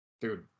dude